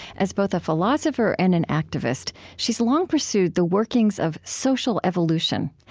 as both a philosopher and an activist, she's long pursued the workings of social evolution.